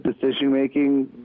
decision-making